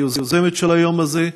היוזמת של היום הזה.